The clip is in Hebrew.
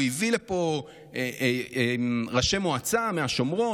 הוא הביא לפה ראשי מועצה מהשומרון,